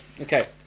Okay